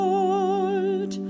Lord